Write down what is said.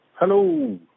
Hello